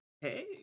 Hey